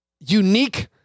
unique